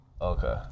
Okay